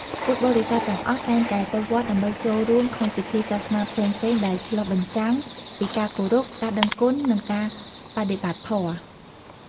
ពុទ្ធបរិស័ទទាំងអស់តែងតែទៅវត្តដើម្បីចូលរួមក្នុងពិធីសាសនាផ្សេងៗ ដែលឆ្លុះបញ្ចាំងពីការគោរព ការដឹងគុណ និងការបដិបត្តិធម៌។